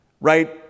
right